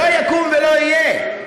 לא יקום ולא יהיה.